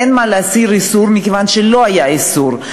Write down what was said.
אין מה להסיר איסור מכיוון שלא היה איסור,